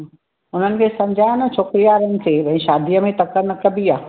हुननि खे समझायो न छोकिरी वारनि खे भई शादीअ में तकड़ि न कॿी आहे